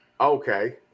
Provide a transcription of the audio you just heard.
okay